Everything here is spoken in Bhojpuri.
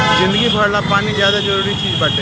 जिंदगी भर ला पानी ज्यादे जरूरी चीज़ बाटे